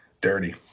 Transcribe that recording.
Dirty